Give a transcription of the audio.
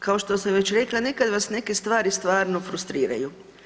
Kao što sam već rekla, nekad vas neke stvari stvarno frustriraju.